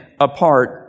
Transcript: apart